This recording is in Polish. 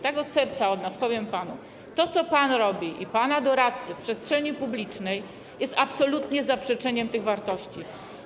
Tak od serca od nas powiem panu, że to, co pan i pana doradcy robicie w przestrzeni publicznej, jest absolutnie zaprzeczeniem tych wartości.